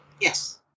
Yes